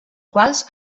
quals